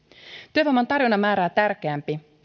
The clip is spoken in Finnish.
työvoiman tarjonnan määrää tärkeämpi